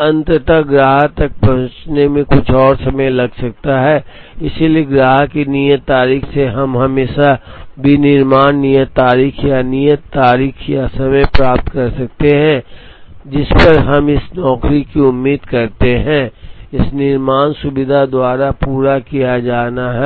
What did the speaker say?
अंततः ग्राहक तक पहुंचने में कुछ और समय लग सकता है इसलिए ग्राहक की नियत तारीख से हम हमेशा विनिर्माण नियत तारीख या नियत तारीख या समय प्राप्त कर सकते हैं जिस पर हम इस नौकरी की उम्मीद करते हैं इस निर्माण सुविधा द्वारा पूरा किया जाना है